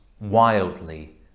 wildly